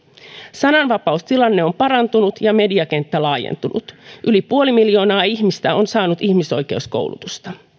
sananvapaustilanne on parantunut ja mediakenttä laajentunut yli puoli miljoonaa ihmistä on saanut ihmisoikeuskoulutusta